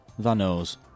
Vanos